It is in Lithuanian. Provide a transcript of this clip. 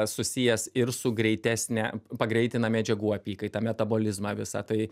susijęs ir su greitesne pagreitina medžiagų apykaitą metabolizmą visą tai